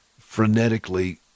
frenetically